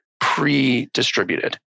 pre-distributed